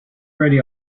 ready